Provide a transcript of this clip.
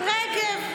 רגב.